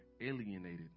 alienated